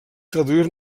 traduir